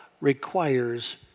requires